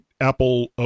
Apple